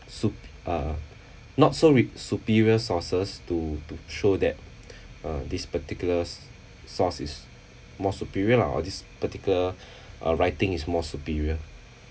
sup~ uh not so rib~ superior sources to to show that uh this particulars source is more superior lah or this particular uh writing is more superior